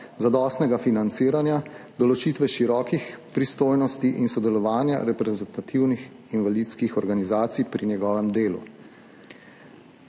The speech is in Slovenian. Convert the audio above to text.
zadostnega financiranja, določitve širokih pristojnosti in sodelovanja reprezentativnih invalidskih organizacij pri njegovem delu.